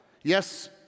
Yes